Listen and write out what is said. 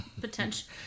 Potential